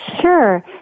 Sure